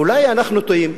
אולי אנחנו טועים?